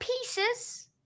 pieces